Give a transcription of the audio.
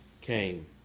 came